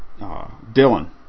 Dylan